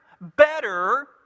better